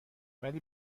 ولی